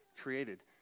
created